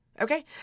Okay